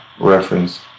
reference